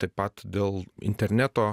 taip pat dėl interneto